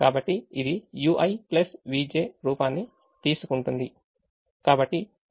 కాబట్టి ఇది ui vj రూపాన్ని తీసుకుంటుంది